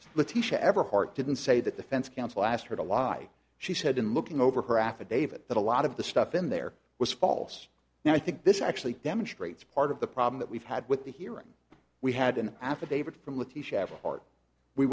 everhart didn't say that the fence counsel asked her to lie she said in looking over her affidavit that a lot of the stuff in there was false now i think this actually demonstrates part of the problem that we've had with the hearing we had an affidavit from w